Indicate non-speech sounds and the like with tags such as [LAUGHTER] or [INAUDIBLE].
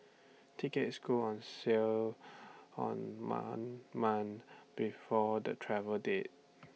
tickets go on sale [UNINTELLIGIBLE] month before the travel date